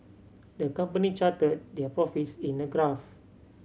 the company charted their profits in a graph